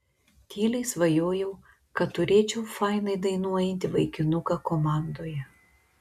tyliai svajojau kad turėčiau fainai dainuojantį vaikinuką komandoje